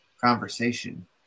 conversation